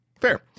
Fair